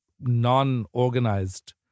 non-organized